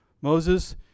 Moses